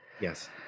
yes